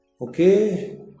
Okay